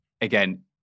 again